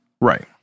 Right